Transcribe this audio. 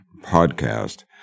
podcast